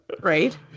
Right